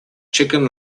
chicken